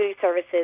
services